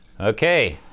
Okay